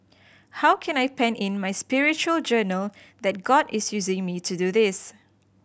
how can I pen in my spiritual journal that God is using me to do this